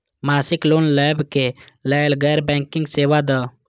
मासिक लोन लैवा कै लैल गैर बैंकिंग सेवा द?